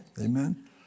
Amen